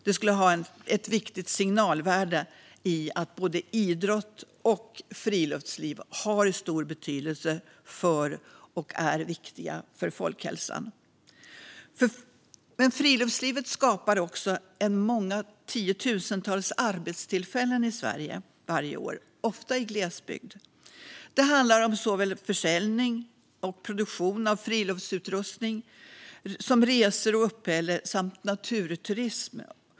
Det skulle ha ett viktigt signalvärde i att både idrott och friluftsliv är viktigt och har stor betydelse för folkhälsan. Friluftslivet skapar också många tiotusentals arbetstillfällen i Sverige varje år, ofta i glesbygd. Det handlar om såväl försäljning och produktion av friluftsutrustning som resor, uppehälle och naturturism.